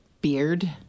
Beard